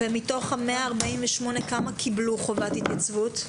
ומתוך ה-148 כמה קיבלו חובת התייצבות?